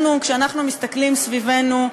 כשאנחנו מסתכלים סביבנו,